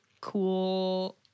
cool